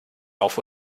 auf